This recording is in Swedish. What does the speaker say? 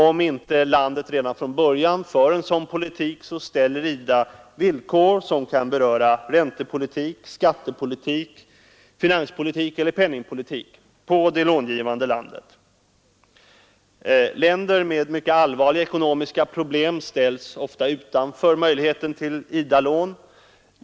Om inte landet redan från början har en sådan politik ställer IDA villkor, t.ex. beträffande räntepolitik, skattepolitik, finanspolitik eller penningpolitik, på det låntagande landet. Länder med mycket allvarliga ekonomiska problem ställs ofta utanför möjligheten till IDA-lån.